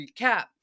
recap